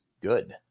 good